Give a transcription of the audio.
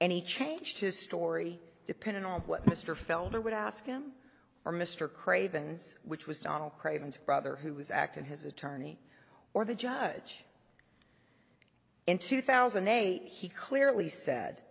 any changed his story depending on what mr felder would ask him or mr craven's which was donald craven's brother who was acting his attorney or the judge in two thousand and eight he clearly said